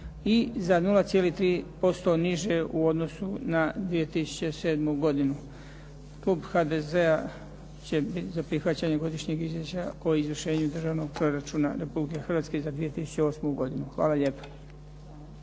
i za 0,3% niže u odnosu na 2007. godinu. Klub HDZ će biti za prihvaćanje Godišnjeg izvješća o izvršenju Državnog proračuna Republike Hrvatske za 2008. godinu. Hvala lijepa.